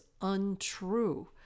untrue